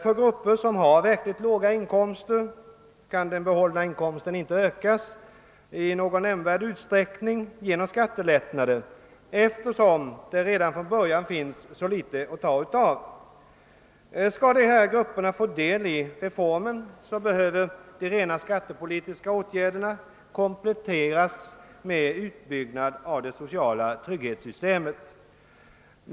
För grupper med verkligt låga inkomster kan den behållna inkomsten inte ökas i någon nämnvärd utsträckning genom skattelättnader, eftersom det redan från början finns så litet att ta av. Skall dessa grupper få glädje av reformen måste de rent skattepolitiska åtgärderna kompletteras med en utbyggnad av det sociala trygghetssystemet.